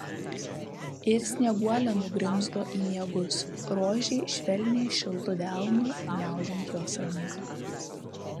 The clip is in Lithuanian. ir snieguolė nugrimzdo į miegus rožei švelniai šiltu delnu gniaužiant jos ranką